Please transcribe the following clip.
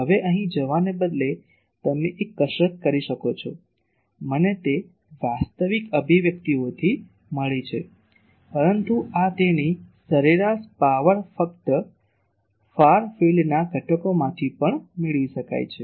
હવે અહીં જવાને બદલે તમે એક કસરત કરી શકો છો મને તે વાસ્તવિક અભિવ્યક્તિઓથી મળી છે પરંતુ આ તેની સરેરાશ પાવર ફક્ત ફારના ફિલ્ડના ઘટકોમાંથી પણ મેળવી શકાય છે